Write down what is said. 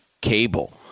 cable